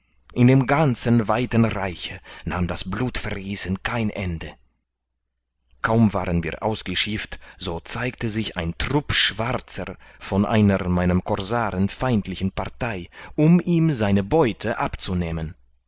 in dem ganzen weiten reiche nahm das blutvergießen kein ende kaum waren wir ausgeschifft so zeigte sich ein trupp schwarzer von einer meinem korsaren feindlichen partei um ihm seine beute abzunehmen